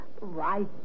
Right